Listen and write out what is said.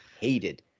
hated